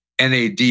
NAD